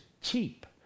cheap